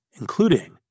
including